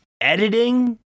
editing